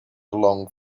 along